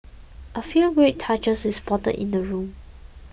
a few great touches we spotted in the room